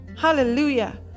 Hallelujah